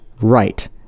Right